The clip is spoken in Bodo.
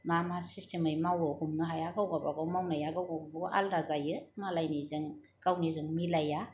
मा मा सिस्टेमै मावो हमनो हाया गाव गावबा गाव मावनाया गावबा गाव आलादा जायो मालायनिजों गावनिजों मिलाया